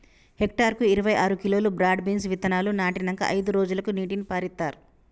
hectare కు ఇరవై ఆరు కిలోలు బ్రాడ్ బీన్స్ విత్తనాలు నాటినంకా అయిదు రోజులకు నీటిని పారిత్తార్